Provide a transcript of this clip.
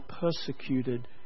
persecuted